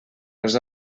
res